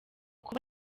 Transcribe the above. kuba